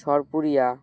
সরপুরিয়া